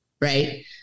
right